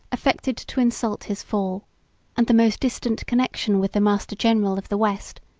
affected to insult his fall and the most distant connection with the master-general of the west,